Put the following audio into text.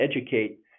educate